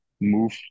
move